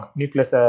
nucleus